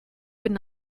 would